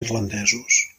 irlandesos